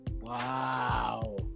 Wow